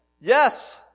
Yes